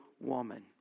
woman